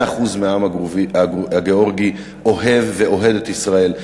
100% העם הגאורגי אוהב ואוהד את ישראל,